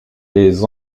les